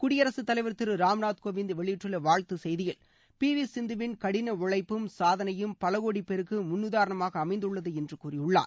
குடியரகத்தலைவர் திரு ராம்நாத் கோவிந்த் வெளியிட்டுள்ள வாழ்த்து செய்தியில் பி வி சிந்துவின் கடின உழழப்பும் சாதனையும் பலகோடி பேருக்கு முன் உதாரணமாக அமைந்துள்ளது என்று கூறியுள்ளார்